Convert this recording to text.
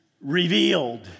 revealed